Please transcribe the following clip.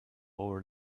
over